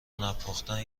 نپختن